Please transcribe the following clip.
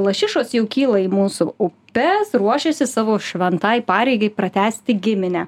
lašišos jau kyla į mūsų upes ruošiasi savo šventai pareigai pratęsti giminę